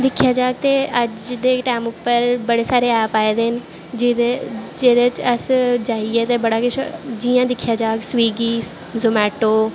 दिक्खेआ जाह्ग ते अज्ज दे टैम उप्पर बड़े सारे ऐप आए दे न जेह्दे जेह्दे च अस जाइयै ते बड़ा किश जियां दिक्खेआ जाह्ग स्वीगीस जमैटो